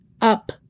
Up